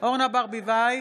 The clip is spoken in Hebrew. אורנה ברביבאי,